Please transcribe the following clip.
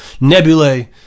nebulae